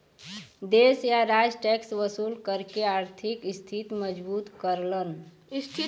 देश या राज्य टैक्स वसूल करके आर्थिक स्थिति मजबूत करलन